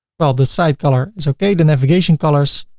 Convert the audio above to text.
well the site color is okay the navigation colors